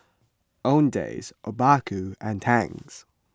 Owndays Obaku and Tangs